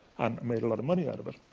and made a lot of money out of it.